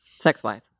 sex-wise